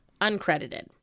uncredited